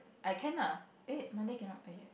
I can lah eh Monday cannot